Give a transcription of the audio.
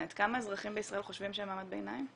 חושבים שהם מעמד ביניים?